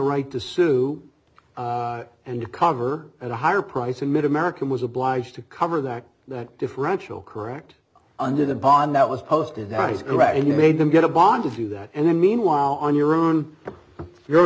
right to sue and to cover at a higher price in mid american was obliged to cover that that differential correct under the bond that was posted that is correct and you made them get a bond to do that and then meanwhile on your own your